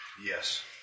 Yes